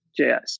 JS